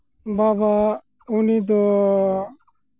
ᱵᱟᱵᱟ ᱩᱱᱤ ᱫᱚ